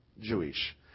Jewish